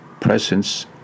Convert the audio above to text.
presence